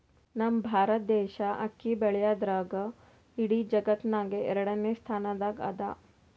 ನಮ್ ಭಾರತ್ ದೇಶ್ ಅಕ್ಕಿ ಬೆಳ್ಯಾದ್ರ್ದಾಗ್ ಇಡೀ ಜಗತ್ತ್ನಾಗೆ ಎರಡನೇ ಸ್ತಾನ್ದಾಗ್ ಅದಾ